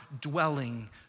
dwelling